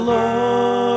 Lord